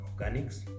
Organics